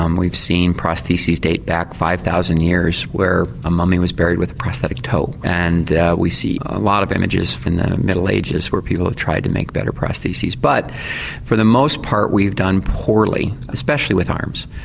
um we've seen prostheses date back five thousand years where a mummy was buried with a prosthetic toe and we see a lot of images from the middle ages where people have tried to make prostheses, but for the most part we've done poorly, especially with arms.